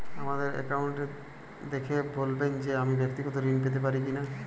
আমার অ্যাকাউন্ট দেখে বলবেন যে আমি ব্যাক্তিগত ঋণ পেতে পারি কি না?